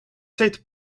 said